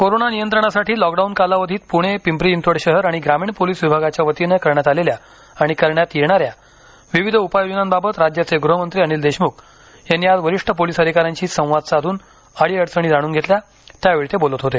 corona नियंत्रणासाठी lockdown कालावधीत पुणे पिंपरी चिंचवड शहर आणि ग्रामीण पोलीस विभागाच्या वतीनं करण्यात आलेल्या आणि करण्यात येणाऱ्या विविध उपाययोजनांबाबत राज्याचे ग्रहमंत्री अनिल देशमुख यांनी आज वरिष्ठ पोलीस अधिकाऱ्यांशी संवाद साध्रन अडीअडचणी जाणून घेतल्या त्यावेळी ते बोलत होते